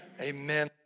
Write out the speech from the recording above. Amen